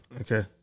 Okay